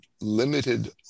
limited